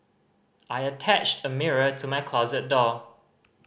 I attached a mirror to my closet door